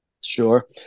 sure